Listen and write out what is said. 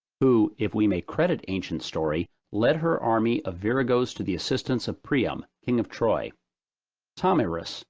who, if we may credit ancient story, led her army of viragoes to the assistance of priam, king of troy thomyris,